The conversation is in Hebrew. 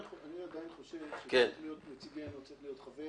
אני עדיין חושב שנציגנו צריך להיות חבר